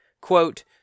quote